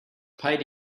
paid